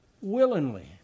willingly